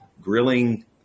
grilling